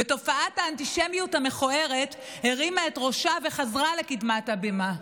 ותופעת האנטישמיות המכוערת הרימה את ראשה וחזרה לקדמת הבמה,